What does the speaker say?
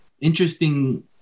interesting